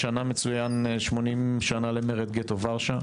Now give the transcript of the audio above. השנה מצוין 80 שנה למרד גטו ורשה,